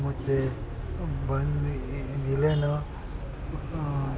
ಮತ್ತು ಬನ್ನಿ ಮಿಲನ